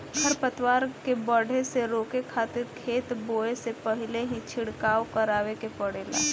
खर पतवार के बढ़े से रोके खातिर खेत बोए से पहिल ही छिड़काव करावे के पड़ेला